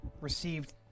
received